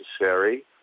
necessary